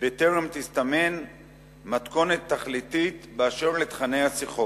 בטרם תסתמן מתכונת תכליתית באשר לתוכני השיחות.